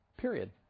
period